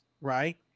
right